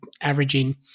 averaging